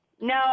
No